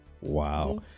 Wow